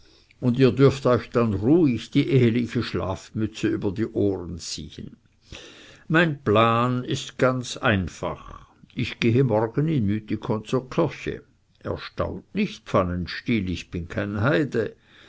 und ihr dürft euch dann ruhig die eheliche schlafmütze über die ohren ziehen mein plan ist ganz einfach ich gehe morgen in mythikon zur kirche erstaunt nicht pfannenstiel ich bin kein